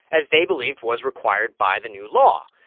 as they believed was required by the new law.